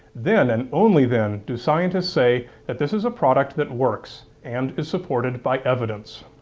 then, and only then, do scientists say that this is a product that works, and is supported by evidence.